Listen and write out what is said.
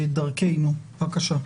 לדמוקרטיה, בבקשה.